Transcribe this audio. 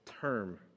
term